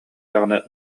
даҕаны